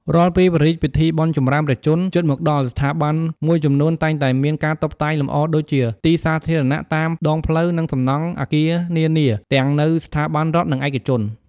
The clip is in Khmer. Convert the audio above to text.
រាល់ពេល ព្រះរាជពិធីបុណ្យចម្រើនព្រះជន្ម ជិតមកដល់ ស្ថាប័នមួយចំនួនតែងតែមាន ការតុបតែងលម្អ ដូចជា ទីសាធារណៈ តាមដងផ្លូវ និង សំណង់អគារនានា ទាំងនៅ ស្ថាប័នរដ្ឋ និង ឯកជន។